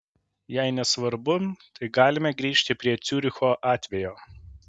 jei nesvarbu tai galime grįžti prie ciuricho atvejo